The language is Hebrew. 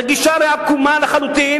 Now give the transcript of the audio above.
הרי זאת גישה עקומה לחלוטין,